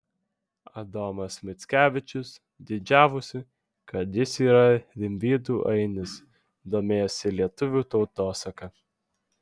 adomas mickevičius didžiavosi kad jis yra rimvydų ainis domėjosi lietuvių tautosaka